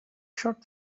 shot